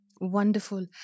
Wonderful